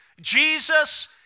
Jesus